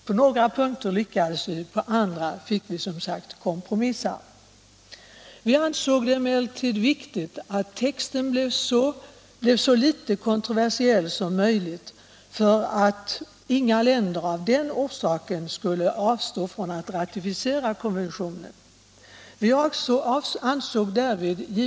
På några punkter lyckades vi, på andra fick vi som sagt kompromissa. Vi ansåg det emellertid viktigt att texten blev så litet kontroversiell som möjligt, så att inga länder av den orsaken skulle avstå från att ratificera konventionen.